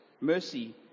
mercy